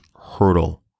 hurdle